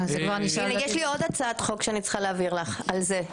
יש לי עוד הצעת חוק שאני צריכה להציע לך על זה.